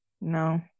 No